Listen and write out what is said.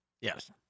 Yes